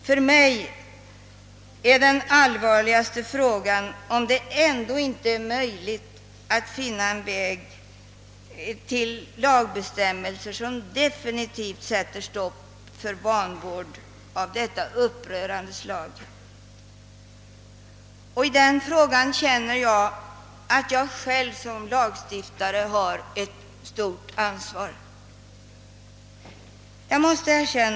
För mig är den allvarligaste frågan, om det ändå inte är möjligt att finna en väg till lagbestämmelser som definitivt sätter stopp för vanvård av det upprörande slag det här gäller. Därvid känner jag att jag själv som lagstiftare har ett stort ansvar.